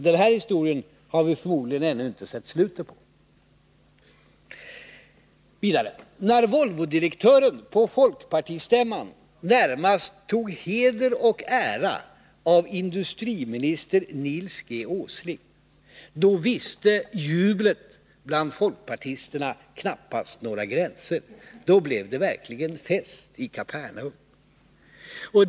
Deanna historia har vi förmodligen ännu inte sett slutet på. När Volvodirektören på folkpartistämman närmast tog heder och ära av industriminister Nils G. Åsling, visste jublet bland folkpartisterna knappast några gränser. Då blev det verkligen fest i Kapernaum.